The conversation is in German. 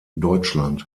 deutschland